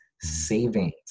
savings